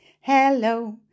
hello